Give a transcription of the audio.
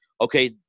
okay